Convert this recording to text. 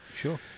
Sure